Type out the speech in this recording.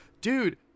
Dude